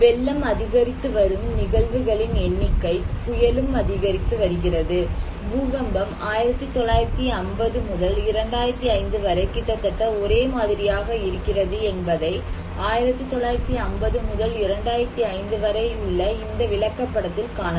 வெள்ளம் அதிகரித்து வரும் நிகழ்வுகளின் எண்ணிக்கை புயலும் அதிகரித்து வருகிறது பூகம்பம் 1950 முதல் 2005 வரை கிட்டத்தட்ட ஒரே மாதிரியாக இருக்கிறது என்பதை 1950 முதல் 2005 வரை உள்ள இந்த விளக்கப் படத்தில் காணலாம்